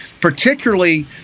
particularly